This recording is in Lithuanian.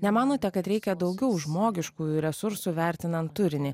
nemanote kad reikia daugiau žmogiškųjų resursų vertinant turinį